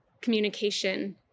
communication